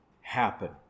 happen